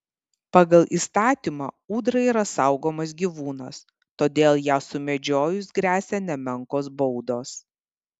pagal įstatymą ūdra yra saugomas gyvūnas todėl ją sumedžiojus gresia nemenkos baudos